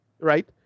Right